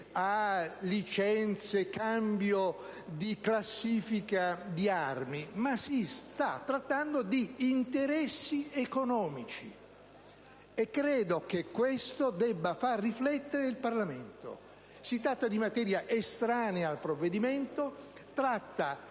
a licenze, cambio di classifica di armi, oppure ad interessi economici. Credo che questo debba far riflettere il Parlamento: si tratta di materia estranea al provvedimento, che tratta